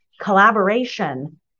collaboration